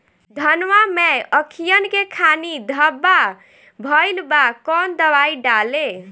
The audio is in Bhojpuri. धनवा मै अखियन के खानि धबा भयीलबा कौन दवाई डाले?